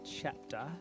Chapter